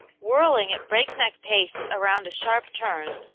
whirling at breakneck pace around a sharp turn,